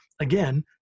again